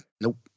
Nope